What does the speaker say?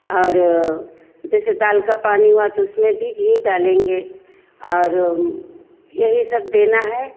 और जैसे दाल का पानी हुआ तो उसमें भी घी डालेंगे और यही सब देना है